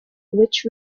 which